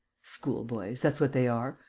schoolboys, that's what they are!